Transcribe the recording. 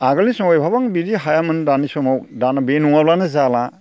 आगोलनि समाव एफाबां हायामोन दानि समाव बे नङाब्लानो जाला